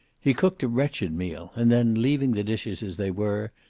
he cooked a wretched meal, and then, leaving the dishes as they were,